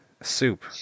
soup